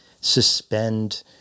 suspend